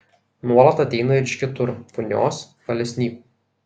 nuolat ateina ir iš kitur punios kalesnykų